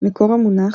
מקור המונח